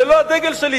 זה לא הדגל שלי,